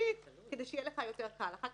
נשאר.